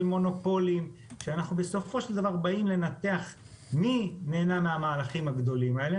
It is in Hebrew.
מונופולים כשאנחנו באים לנתח מי נהנה מהמהלכים הגדולים האלה,